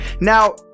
Now